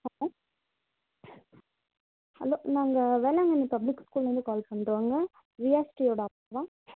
hello hello நாங்கள் Velankanni public ஸ்கூலிலேருந்து call பண்ணுறோங்க ரியாஸ்ரீயோடய அப்பாவா